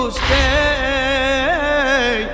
stay